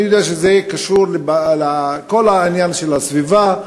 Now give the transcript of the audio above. אני יודע שזה קשור לכל העניין של הסביבה,